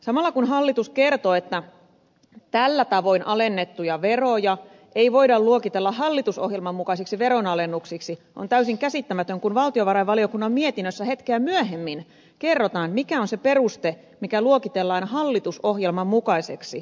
samalla kun hallitus kertoo että tällä tavoin alennettuja veroja ei voida luokitella hallitusohjelman mukaisiksi veronalennuksiksi on täysin käsittämätöntä että valtiovarainvaliokunnan mietinnössä hetkeä myöhemmin kerrotaan mikä on se peruste mikä luokitellaan hallitusohjelman mukaiseksi